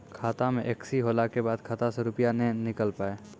खाता मे एकशी होला के बाद खाता से रुपिया ने निकल पाए?